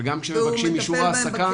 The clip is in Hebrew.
אבל גם כשמבקשים אישור העסקה,